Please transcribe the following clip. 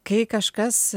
kai kažkas